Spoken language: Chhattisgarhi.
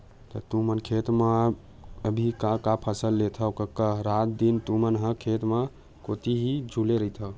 त तुमन खेत म अभी का का फसल लेथव कका रात दिन तुमन ह खेत कोती ही झुले रहिथव?